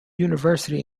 university